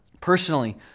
Personally